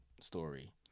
story